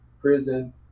prison